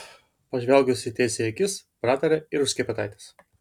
ef pažvelgusi tiesiai į akis pratarė iš už skepetaitės